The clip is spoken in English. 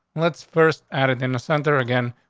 let's first added in the center again.